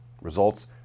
results